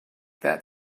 that